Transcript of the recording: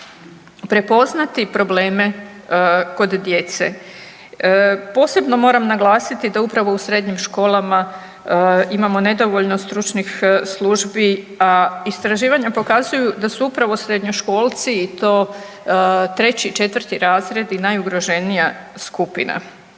prepoznati probleme kod djece. Posebno moram naglasiti da upravo u srednjim školama imamo nedovoljno stručnih službi, a istraživanja pokazuju da su upravo srednjoškolci i to 3 i 4 razredi najugroženija skupina.